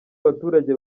abaturage